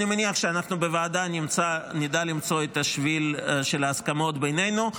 ואני מניח שאנחנו בוועדה נדע למצוא את השביל של ההסכמות בינינו.